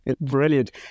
Brilliant